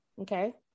Okay